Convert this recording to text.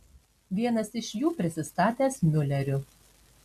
vienas iš jų prisistatęs miuleriu